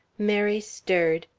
mary stirred,